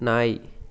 நாய்